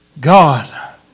God